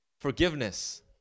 Forgiveness